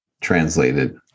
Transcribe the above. translated